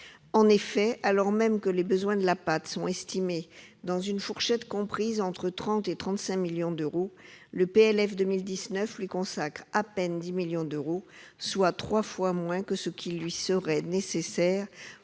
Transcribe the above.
efficace. Alors même que les besoins de la PAT sont estimés dans une fourchette comprise entre 30 millions et 35 millions d'euros, le PLF 2019 lui consacre à peine 10 millions d'euros, soit trois fois moins que ce qui lui serait nécessaire pour